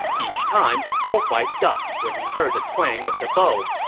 each time, guo huai ducked when he heard the twang of the bow.